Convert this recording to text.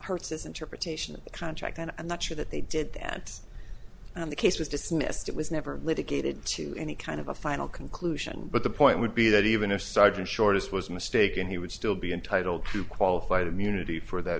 hertz's interpretation of the contract and i'm not sure that they did that and the case was dismissed it was never litigated to any kind of a final conclusion but the point would be that even if sergeant shortest was mistaken he would still be entitled to qualified immunity for that